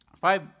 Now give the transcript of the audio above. Five